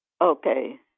Okay